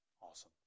awesome